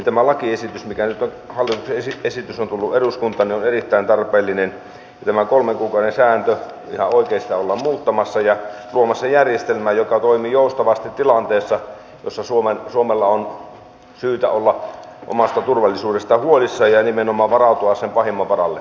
tämä lakiesitys mikä nyt on hallituksen esitys joka on tullut eduskuntaan on erittäin tarpeellinen ja ihan oikein tätä kolmen kuukauden sääntöä ollaan muuttamassa ja luomassa järjestelmää joka toimii joustavasti tilanteessa jossa suomen on syytä olla omasta turvallisuudestaan huolissaan ja nimenomaan varautua sen pahimman varalle